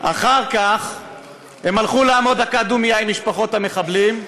אחר כך הם הלכו לעמוד דקת דומייה עם משפחות המחבלים,